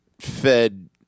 fed